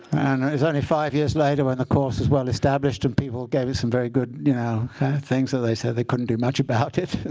and it was only five years later, when the course was well-established and people gave it some very good you know things that they said, they couldn't do much about it.